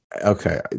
Okay